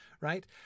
right